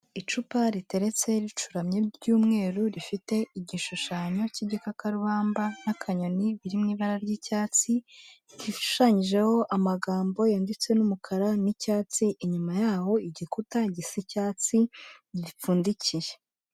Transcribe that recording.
Icupa riteretse ricuramye ry'umweru rifite igishushanyo cy'igikakarubamba n'akanyoni biri mu ibara ry'icyatsi, gishushanyijeho amagambo yanditse n'umukara n'icyatsi, inyuma yaho igikuta gisa icyatsi gipfundikiye.